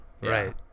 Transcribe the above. Right